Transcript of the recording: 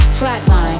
flatline